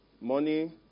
money